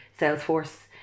Salesforce